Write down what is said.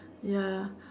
ya